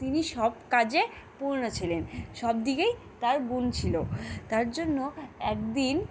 তিনি সব কাজে পূর্ণ ছিলেন সব দিকেই তার গুন ছিলো তার জন্য একদিন